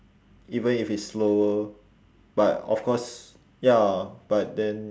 even if it's slower but of course ya but then